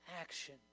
action